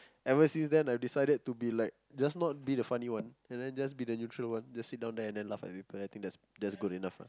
ever since then I've decided to be like just not be like the funny and then just be the neutral one just sit down there and then laugh at people and I think that's that's good enough lah